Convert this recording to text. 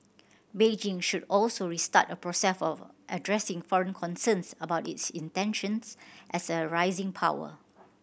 Beijing should also restart a process of addressing foreign concerns about its intentions as a rising power